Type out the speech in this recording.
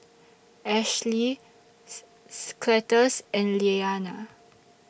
Ashely Cletus and Leana